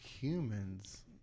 Humans